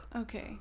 Okay